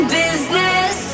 business